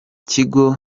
kigo